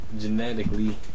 genetically